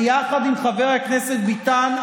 ביחד עם חבר הכנסת ביטן,